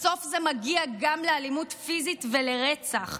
בסוף זה מגיע גם לאלימות פיזית ולרצח.